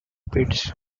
pits